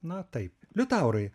na taip liutaurai